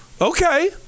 Okay